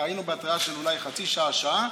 היינו בהתראה של אולי חצי שעה, שעה.